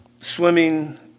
swimming